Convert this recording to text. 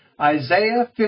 Isaiah